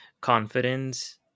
confidence